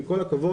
עם כל הכבוד,